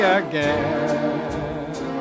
again